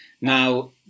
Now